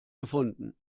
gefunden